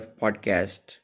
podcast